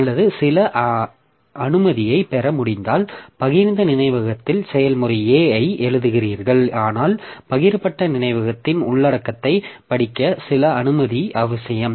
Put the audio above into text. அல்லது சில அனுமதியைப் பெற முடிந்தால் பகிர்ந்த நினைவகத்தில் செயல்முறை A ஐ எழுதியுள்ளீர்கள் ஆனால் பகிரப்பட்ட நினைவகத்தின் உள்ளடக்கத்தைப் படிக்க சில அனுமதி அவசியம்